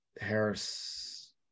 Harris